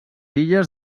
illes